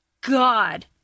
God